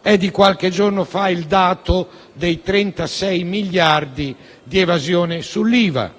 È di qualche giorno fa il dato dei 36 miliardi di evasione sull'IVA,